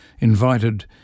invited